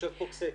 יושב פה מכסייפה,